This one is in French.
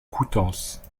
coutances